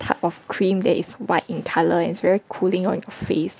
type of cream that is white in colour and is very cooling on your face